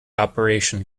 operation